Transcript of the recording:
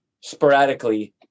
sporadically